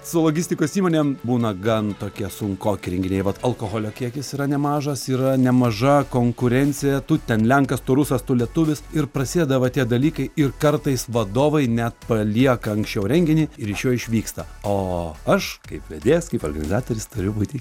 su logistikos įmonėm būna gan tokie sunkoki renginiai vat alkoholio kiekis yra nemažas yra nemaža konkurencija tu ten lenkas tu rusas tu lietuvis ir prasideda va tie dalykai ir kartais vadovai net palieka anksčiau renginį ir iš jo išvyksta o aš kaip vedėjas kaip organizatorius turiu būti